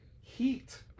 heat